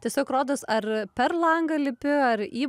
tiesiog rodos ar per langą lipi ar į